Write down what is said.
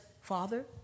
Father